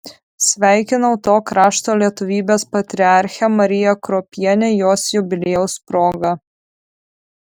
sveikinau to krašto lietuvybės patriarchę mariją kruopienę jos jubiliejaus proga